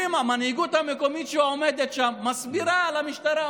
המנהיגות המקומית שעומדת שם מסבירה למשטרה,